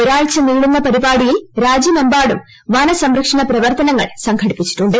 ഒരാഴ്ച നീളുന്ന പരിപാടിയിൽ രാജ്യമെമ്പാടും വന സംരക്ഷണ പ്രവർത്തനങ്ങൾ സംഘടിപ്പിച്ചിട്ടുണ്ട്